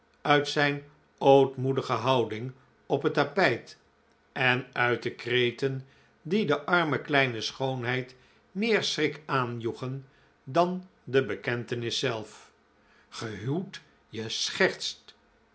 uit zijn ootmoedige houding op het tapijt en uitte kreten die de arme kleine schoonheid meer schrik aanjoegen dan de bekentenis zelf gehuwd je schertst